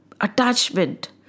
Attachment